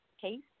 case